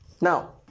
Now